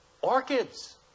Orchids